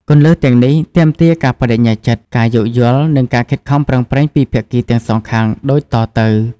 គន្លឹះទាំងនេះទាមទារការប្តេជ្ញាចិត្ត ការយោគយល់ និងការខិតខំប្រឹងប្រែងពីភាគីទាំងសងខាងដូចតទៅ។